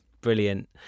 Brilliant